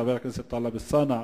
חבר הכנסת טלב אלסאנע,